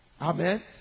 Amen